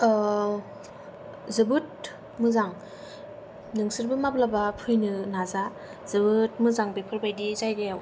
जोबोद मोजां नोंसोरबो माब्लाबा फैनो नाजा जोबोद मोजां बेफोरबायदि जायगायाव